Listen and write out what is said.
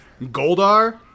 Goldar